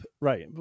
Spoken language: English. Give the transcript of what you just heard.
Right